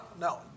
no